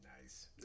nice